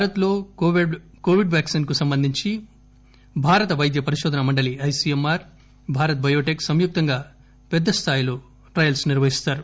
భారత్ లో Covid vaccine కు సంబంధించి భారత వైద్య పరికోధన మండలి ఐసీఎంఆర్ భారత్ బయోటెక్ సంయుక్తంగా పెద్ద స్దాయిలో ట్రయల్స్ నిర్వహిస్తారు